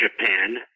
Japan